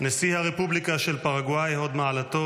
נשיא הרפובליקה של פרגוואי הוד מעלתו